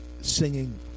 singing